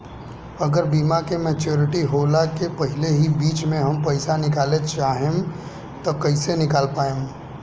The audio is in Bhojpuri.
अगर बीमा के मेचूरिटि होला के पहिले ही बीच मे हम पईसा निकाले चाहेम त कइसे निकाल पायेम?